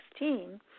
2016